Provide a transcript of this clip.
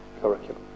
curriculum